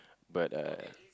but uh